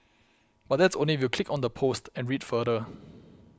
but that's only if you click on the post and read further